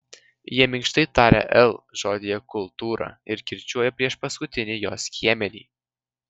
jie minkštai taria l žodyje kultūra ir kirčiuoja priešpaskutinį jo skiemenį